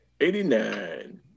Eighty-nine